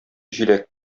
җиләк